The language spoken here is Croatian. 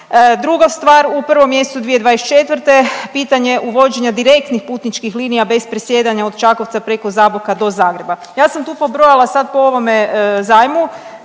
Druga stvar u prvom mjesecu 2024. pitanje uvođenja direktnih putničkih linija bez presjedanja od Čakovca preko Zaboka do Zagreba. Ja sam tu pobrojala sad po ovome zajmu